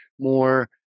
more